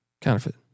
counterfeit